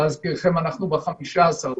להזכירכם, אנחנו ב-15 ביולי.